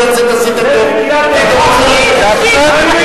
כמה מתלוננת היא, חצי שעה?